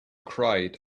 cried